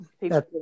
People